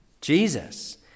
Jesus